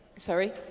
sorry?